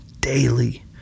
daily